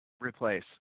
replace